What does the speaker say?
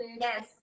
yes